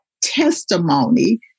testimony